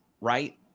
right